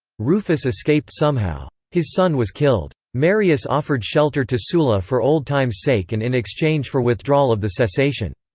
rufus escaped somehow. his son was killed. marius offered shelter to sulla for old time's sake and in exchange for withdrawal of the cessation.